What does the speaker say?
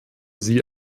sie